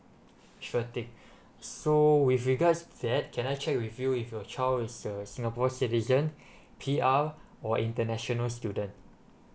sure things so with regards to that can I check with you if your child is a singapore citizen P_R or international student